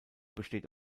besteht